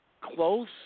close